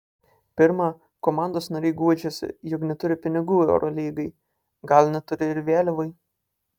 pirma komandos nariai guodžiasi jog neturi pinigų eurolygai gal neturi ir vėliavai